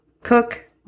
cook